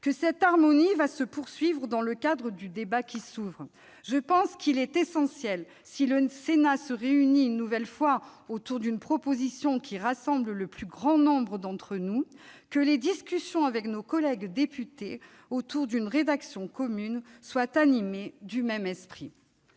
que cette harmonie va se poursuivre au cours de notre débat aujourd'hui. Il est essentiel, si le Sénat s'accorde une nouvelle fois sur une proposition rassemblant le plus grand nombre d'entre nous, que les discussions avec nos collègues députés sur une rédaction commune soient animées du même esprit.